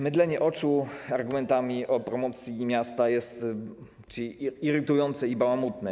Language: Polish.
Mydlenie oczu argumentami o promocji miasta jest irytujące i bałamutne.